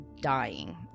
dying